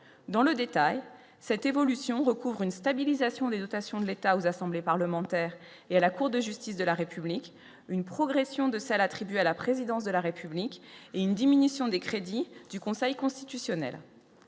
dans le détail cette évolution recouvre une stabilisation des dotations de l'État aux assemblées parlementaires et à la Cour de justice de la République, une progression de salles à la présidence de la République et une diminution des crédits du Conseil constitutionnel,